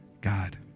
God